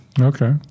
Okay